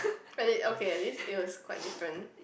at least okay at least it was quite different